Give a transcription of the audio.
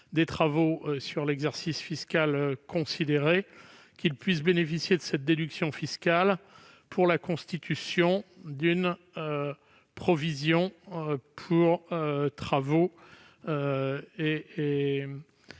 des travaux sur l'exercice fiscal considéré. Nous demandons qu'ils puissent bénéficier de cette déduction fiscale pour la constitution d'une provision pour travaux,